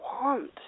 want